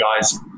guys